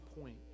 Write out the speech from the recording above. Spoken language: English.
point